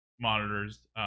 monitors